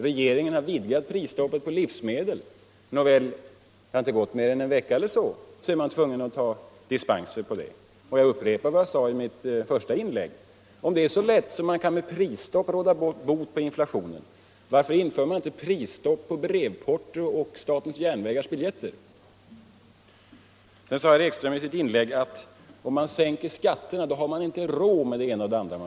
Regeringen har också vidgat prisstoppet på livsmedel. Men det hade inte gått mer än en vecka eller så innan man var tvungen att bevilja dispenser. Jag upprepar vad jag sade i mitt första inlägg: Om det är så lätt att råda bot på situationen med prisstopp, varför inför man då inte prisstopp på brevporton och på statens järnvägars biljetter? Herr Ekström sade i sitt inlägg att man, om man sänker skatterna, inte har råd med det ena och det andra.